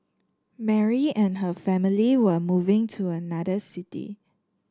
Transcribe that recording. Mary and her family were moving to another city